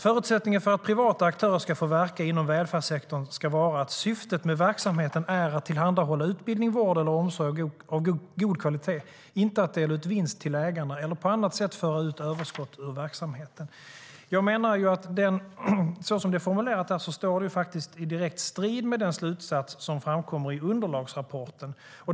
Förutsättningarna för att privata aktörer ska få verka inom välfärdssektorn ska vara att syftet med verksamheten är att tillhandahålla utbildning, vård eller omsorg av god kvalitet - inte att dela ut vinst till ägarna eller på annat sätt föra ut överskott ur verksamheten. Jag menar att som det är formulerat här står det i direkt strid med den slutsats som framkommer i underlagsrapporten.